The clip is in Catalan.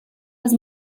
les